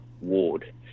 ward